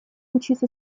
учиться